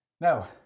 Now